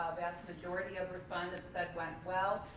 vast majority of respondents, that went well.